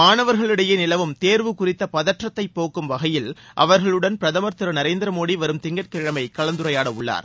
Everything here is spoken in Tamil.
மாணவர்களிடையே நிலவும் தேர்வு குறித்த பதற்றத்தை போக்கும் வகையில் அவர்களுடன் பிரதம் திரு நரேந்திர மோடி வரும் திங்கட்கிழமை கலந்துரையாட உள்ளார்